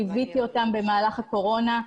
ליוויתי אותם במהלך הקורונה.